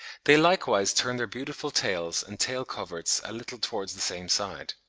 they likewise turn their beautiful tails and tail-coverts a little towards the same side.